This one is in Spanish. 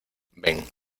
ven